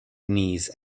knees